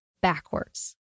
backwards